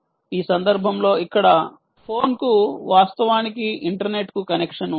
ఈ సందర్భంలో ఇక్కడ ఫోన్కు వాస్తవానికి ఇంటర్నెట్కు కనెక్షన్ ఉంది